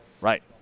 Right